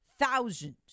Thousands